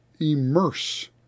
immerse